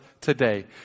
today